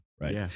right